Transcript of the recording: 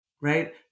right